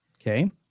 Okay